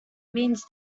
means